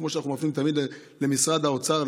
כמו שאנחנו מפנים תמיד למשרד האוצר,